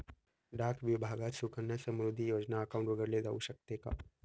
डाक विभागात सुकन्या समृद्धी योजना अकाउंट उघडले जाऊ शकते का?